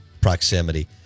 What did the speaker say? proximity